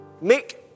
Make